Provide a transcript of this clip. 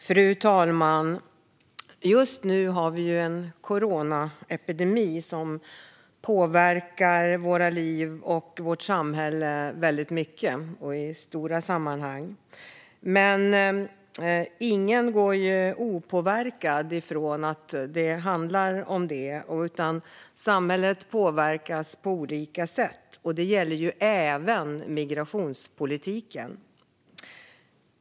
Fru talman! Just nu har vi en coronaepidemi som påverkar våra liv och vårt samhälle mycket och i stora sammanhang. Ingen är opåverkad, utan samhället påverkas på olika sätt. Det gäller även migrationspolitiken.